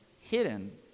hidden